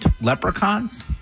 leprechauns